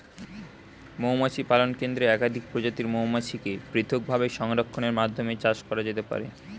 মৌমাছি পালন কেন্দ্রে একাধিক প্রজাতির মৌমাছিকে পৃথকভাবে সংরক্ষণের মাধ্যমে চাষ করা যেতে পারে